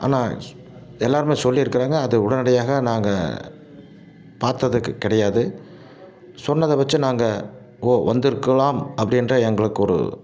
ஆனால் எல்லாேருமே சொல்லியிருக்குறாங்க அது உடனடியாக நாங்கள் பார்த்ததுக்கு கிடையாது சொன்னதை வச்சு நாங்கள் ஓ வந்திருக்கலாம் அப்படின்ற எங்களுக்கு ஒரு